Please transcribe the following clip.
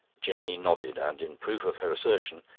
jenny nodded, and, in proof of her assertion,